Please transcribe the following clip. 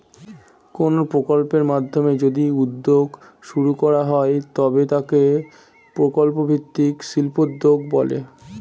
কোনো প্রকল্পের মাধ্যমে যদি উদ্যোগ শুরু করা হয় তবে তাকে প্রকল্প ভিত্তিক শিল্পোদ্যোগ বলে